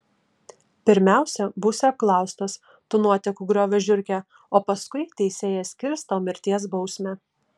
pirmiausia būsi apklaustas tu nuotekų griovio žiurke o paskui teisėjas skirs tau mirties bausmę